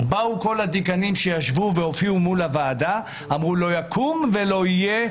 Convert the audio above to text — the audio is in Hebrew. אלא שבאו כל הדיקנים שהופיעו מול הוועדה ואמרו: לא יקום ולא יהיה,